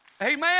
Amen